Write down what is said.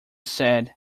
said